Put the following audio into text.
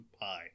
pie